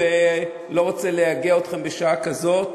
ואני לא רוצה לייגע אתכם בשעה כזאת,